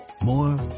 more